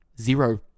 zero